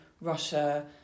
Russia